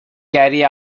carry